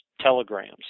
telegrams